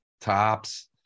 tops